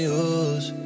use